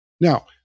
Now